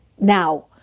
now